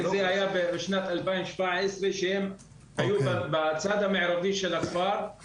זה היה בשנת 2017 שהם היו בצד המערבי של הכפר,